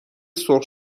سرخ